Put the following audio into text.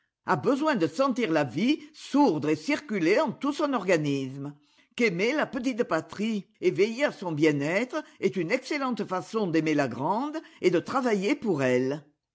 a besoin de sentir la vie sourdre et circuler en tout son organisme qu'aimer la petite patrie et veiller à son bien-être est une excellente façon d'aimer la grande et de travailler pour elle